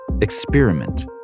Experiment